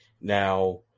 Now